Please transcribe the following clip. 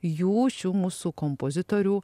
jų šių mūsų kompozitorių